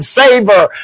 savor